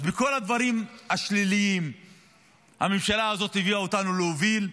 אז בכל הדברים השליליים הממשלה הזאת הביאה אותנו להוביל,